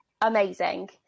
amazing